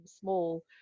small